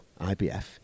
IBF